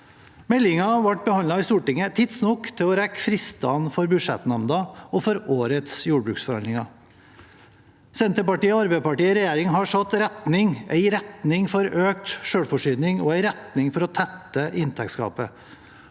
Meldingen ble behandlet i Stortinget tidsnok til å rekke fristene for budsjettnemnda og for årets jordbruksforhandlinger. Senterpartiet og Arbeiderpartiet i regjering har satt retning – en retning for økt selvforsyning og en retning for å tette inntektsgapet.